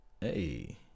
hey